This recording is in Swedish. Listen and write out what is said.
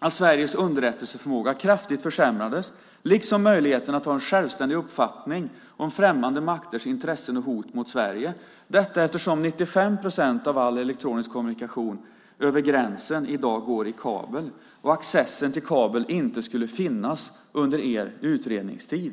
att Sveriges underrättelseförmåga kraftigt försämras liksom möjligheten att ha en självständig uppfattning om främmande makters intressen och hot mot Sverige. Av all elektronisk kommunikation över gränsen går i dag 95 procent i kabel. Accessen till kabel skulle inte finnas under er utredningstid.